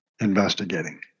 investigating